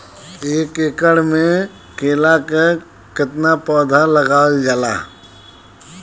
एक एकड़ में केला के कितना पौधा लगावल जाला?